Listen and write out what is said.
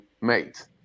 mate